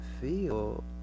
feel